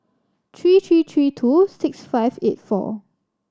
three three three two six five eight four